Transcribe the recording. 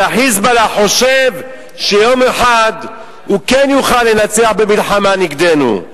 אבל ה"חיזבאללה" חושב שיום אחד הוא כן יוכל לנצח במלחמה נגדנו.